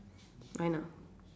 I know